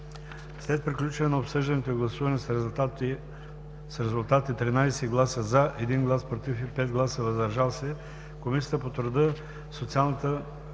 След приключване на обсъждането и гласуване с резултати: 13 гласа „за“, 1 глас „против“ и 5 гласа „въздържали се“, Комисията по труда и социалната